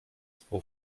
spał